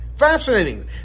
fascinating